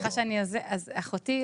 אחותי,